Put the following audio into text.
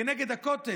כנגד הכותל.